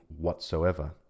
whatsoever